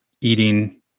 eating